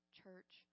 church